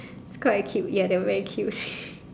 is quite cute ya they are very cute